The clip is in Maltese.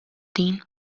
din